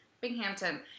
Binghamton